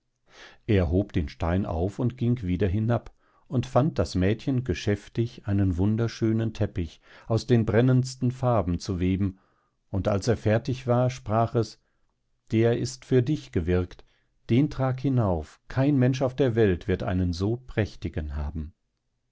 er hob den stein auf und ging wieder hinab und fand das mädchen geschäftig einen wunderschönen teppich aus den brennendsten farben zu weben und als er fertig war sprach es der ist für dich gewirkt den trag hinauf kein mensch auf der welt wird einen so prächtigen haben